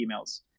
emails